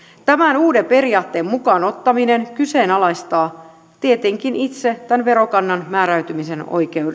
tämän uuden periaatteen mukaan ottaminen kyseenalaistaa tietenkin itse tämän verokannan määräytymisen